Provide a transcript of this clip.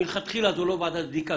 מלכתחילה זו לא ועדת בדיקה,